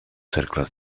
cercles